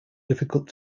difficult